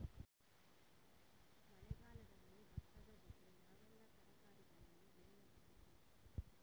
ಮಳೆಗಾಲದಲ್ಲಿ ಭತ್ತದ ಜೊತೆ ಯಾವೆಲ್ಲಾ ತರಕಾರಿಗಳನ್ನು ಬೆಳೆಯಬಹುದು?